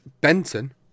...Benton